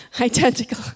Identical